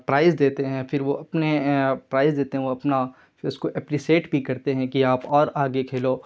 price دیتے ہیں پھر وہ اپنے پرائز دیتے ہیں وہ اپنا پھر اس کو اپپریسیٹ بھی کرتے ہیں کہ آپ اور آگے کھیلو